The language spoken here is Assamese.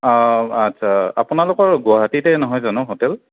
অঁ আচ্ছা আপোনালোকৰ গুৱাহাটীতে নহয় জানো হোটেল